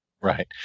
Right